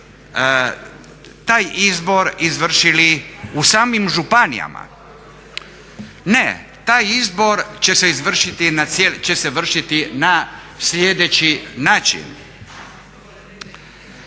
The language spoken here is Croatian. taj izbor izvršili u samim županijama. Ne, taj izbor će se vršiti na sljedeći način: